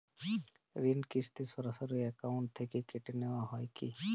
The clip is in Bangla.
ঋণের কিস্তি সরাসরি অ্যাকাউন্ট থেকে কেটে নেওয়া হয় কি?